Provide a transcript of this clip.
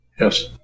Yes